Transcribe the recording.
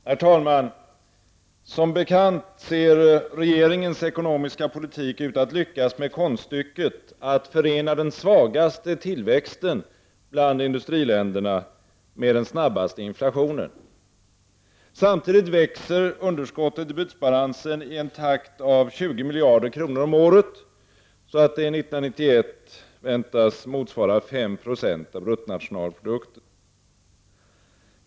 Herr talman! Som bekant ser regeringen med sin ekonomiska politik ut att lyckas med konststycket att förena den svagaste tillväxten i något industriland med den snabbaste inflationen. Samtidigt växer underskottet i bytesbalansen med 20 miljarder kronor om året. 1991 väntas det motsvara 5 96 av bruttonationalprodukten.